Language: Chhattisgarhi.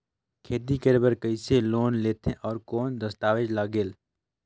खेती करे बर कइसे लोन लेथे और कौन दस्तावेज लगेल?